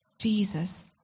Jesus